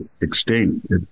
extinct